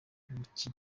iki